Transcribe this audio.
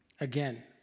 Again